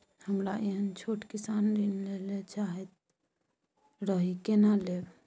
हमरा एहन छोट किसान ऋण लैले चाहैत रहि केना लेब?